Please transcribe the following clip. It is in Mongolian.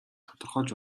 тодорхойлж